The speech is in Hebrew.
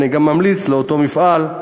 אני גם ממליץ לאותו מפעל,